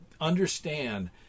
understand